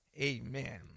Amen